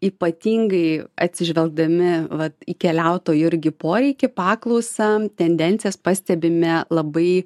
ypatingai atsižvelgdami vat į keliautojų irgi poreikį paklausą tendencijas pastebime labai